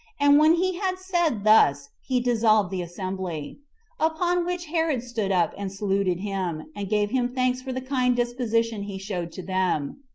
and when he had said thus, he dissolved the assembly upon which herod stood up and saluted him, and gave him thanks for the kind disposition he showed to them.